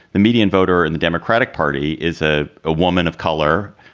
the median voter in the democratic party is a ah woman of color,